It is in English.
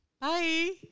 bye